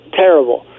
terrible